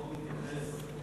החוק מתייחס,